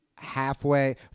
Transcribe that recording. Halfway